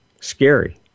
Scary